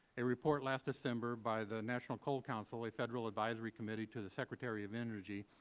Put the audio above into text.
a report last december by the national coal council, a federal advisory committee to the secretary of energy,